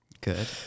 good